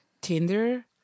Tinder